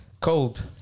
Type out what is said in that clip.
Cold